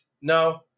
No